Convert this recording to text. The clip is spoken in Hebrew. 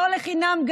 לא לחינם,